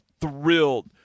thrilled